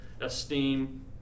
esteem